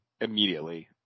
immediately